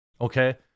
Okay